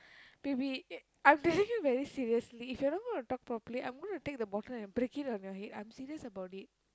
baby I'm telling you very seriously if you're not gonna talk properly I'm gonna take the bottle and break it on your head I'm serious about it